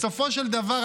בסופו של דבר,